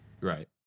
Right